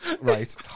right